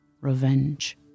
revenge